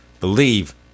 believe